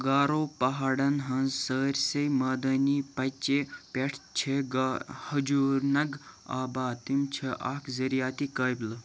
گارو پہاڑن ہٕنٛز سٲرسٕے مٲدانی پچہِ پٮ۪ٹھ چھِ گا ہجوٗنگ آباد تِم چھِ اکھ زِرٲعتی قٔبلہٕ